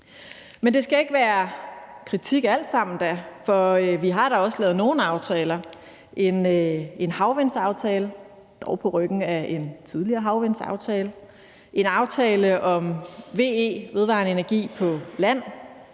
Men det skal ikke alt sammen være kritik, for vi har da også lavet nogle aftaler. Vi har lavet en havvindsaftale – dog på ryggen af en tidligere havvindsaftale. Vi har lavet en aftale om vedvarende energi på land